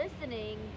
listening